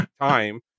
time